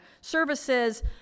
services